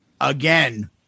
again